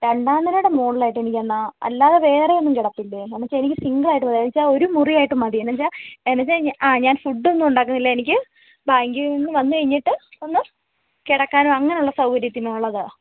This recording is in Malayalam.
രണ്ടാം നിലയുടെ മുകളിലായിട്ട് എനിക്ക് എന്നാ അല്ലാതെ വേറെയൊന്നും കിടപ്പില്ലേ എന്നായെന്നു വെച്ചാൽ എനിക്ക് സിംഗിളായിട്ട് വേണം വെച്ചാൽ ഒരു മുറിയായിട്ട് മതി എന്നാ വെച്ചാൽ എന്നാ വെച്ചാൽ ആ ഞാൻ ഫുഡ്ഡൊന്നും ഉണ്ടാക്കുന്നില്ല എനിക്ക് ബാങ്കിൽ നിന്നു വന്നു കഴിഞ്ഞിട്ട് ഒന്നു കിടക്കാനും അങ്ങനെയുള്ള സൗകര്യത്തിനും ഉള്ളതാണ്